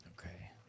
Okay